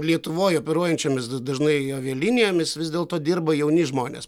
lietuvoj operuojančiomis da dažnai avialinijomis vis dėlto dirba jauni žmonės